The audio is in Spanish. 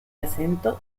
acento